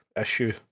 issue